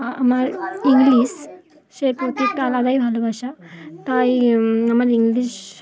আমার ইংলিশ সে প্রত্যেকটা আলাদাই ভালোবাসা তাই আমার ইংলিশ